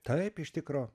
taip iš tikro